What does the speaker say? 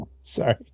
sorry